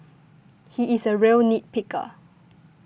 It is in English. he is a real nit picker